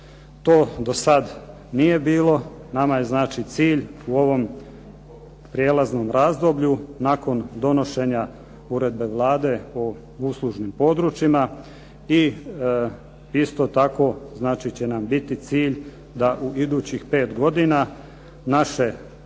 To do sada nije bilo. Nama je znači cilj u ovom prijelaznom razdoblju nakon donošenja uredbe Vlade o uslužnim područjima i isto tako znači bit će nam cilj da u idućih 5 godina naše